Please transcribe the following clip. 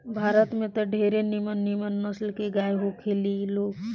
भारत में त ढेरे निमन निमन नसल के गाय होखे ली लोग